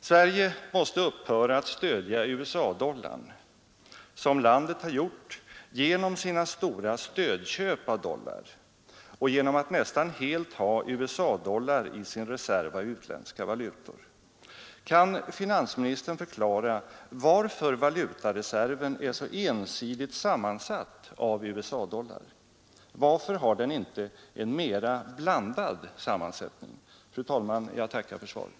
Sverige måste upphöra att stödja USA-dollarn som landet har gjort genom sina stora stödköp av dollar och genom att nästan helt ha USA-dollar i sin reserv av utländska valutor. Kan finansministern förklara varför valutareserven är så ensidigt sammansatt av USA-dollar? Varför har den inte en mera blandad sammansättning? Fru talman! Jag tackar för svaret.